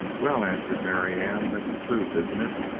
well, answered marianne, that's the truth, isn't it?